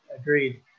Agreed